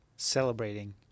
celebrating